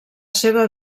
seva